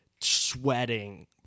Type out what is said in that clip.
sweating